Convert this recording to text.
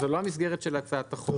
זאת לא המסגרת של הצעת החוק.